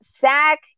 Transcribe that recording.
Zach